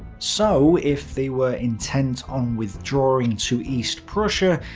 so, if they were intent on withdrawing to east prussia,